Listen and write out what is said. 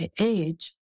age